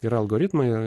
yra algoritmai